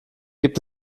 gibt